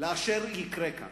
לאשר יקרה כאן.